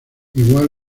igual